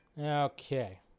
Okay